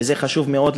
וזה חשוב מאוד,